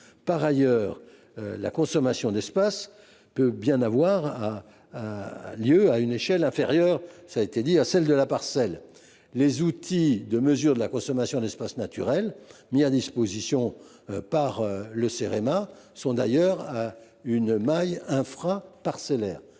Par ailleurs, la consommation d’espace peut avoir lieu à une échelle inférieure à celle de la parcelle. Les outils de mesure de la consommation de l’espace naturel mis à disposition par le Cerema sont d’ailleurs à une maille infraparcellaire.